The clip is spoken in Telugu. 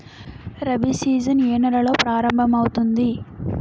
రబి సీజన్ ఏ నెలలో ప్రారంభమౌతుంది?